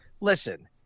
Listen